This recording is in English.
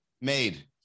made